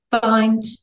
find